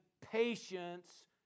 patience